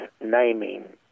naming